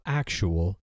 actual